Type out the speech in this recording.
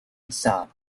tsar